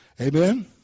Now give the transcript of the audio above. Amen